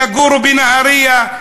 יגורו בנהריה,